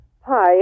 Hi